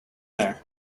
there